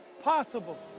possible